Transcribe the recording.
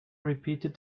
repeated